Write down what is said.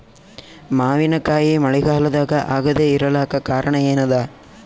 ಮಾವಿನಕಾಯಿ ಮಳಿಗಾಲದಾಗ ಆಗದೆ ಇರಲಾಕ ಕಾರಣ ಏನದ?